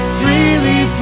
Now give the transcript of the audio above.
freely